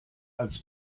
als